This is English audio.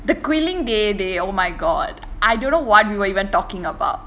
the quilling dey dey oh my god I don't know what we were even talking about